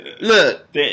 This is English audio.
Look